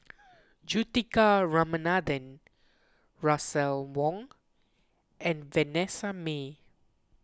Juthika Ramanathan Russel Wong and Vanessa Mae